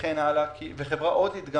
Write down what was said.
וחברה הודית.